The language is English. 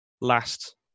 last